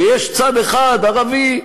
ויש צד אחד ערבי,